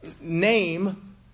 name